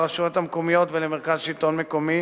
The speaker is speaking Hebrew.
לרשויות המקומיות ולמרכז השלטון המקומי